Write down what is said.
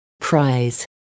prize